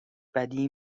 بدی